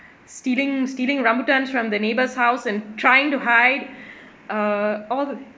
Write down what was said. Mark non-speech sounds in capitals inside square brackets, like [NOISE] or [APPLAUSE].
stealing stealing rambutan from the neighbour's house and trying to hide [BREATH] err all